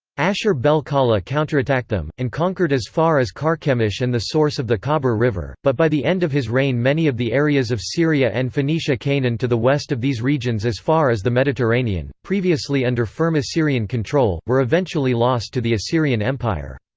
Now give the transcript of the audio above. ashur-bel-kala counterattacked them, and conquered as far as carchemish and the source of the khabur river, but by the end of his reign many of the areas of syria and phoenicia-canaan to the west of these regions as far as the mediterranean, previously under firm assyrian control, were eventually lost to the assyrian empire.